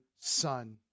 son